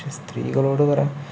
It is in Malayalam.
സ്ത്രീകളോട് പറയാൻ